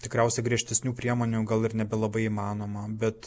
tikriausiai griežtesnių priemonių gal ir nebelabai įmanoma bet